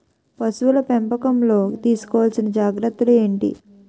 పశువుల పెంపకంలో తీసుకోవల్సిన జాగ్రత్తలు ఏంటి?